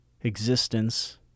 existence